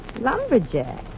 Lumberjack